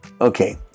Okay